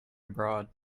abroad